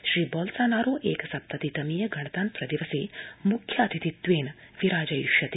Shri Bolsonaro एक सप्तति तमीये गणतन्त्र दिवसे मुख्यातिथित्वेन विराजयिष्यति